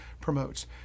promotes